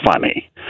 funny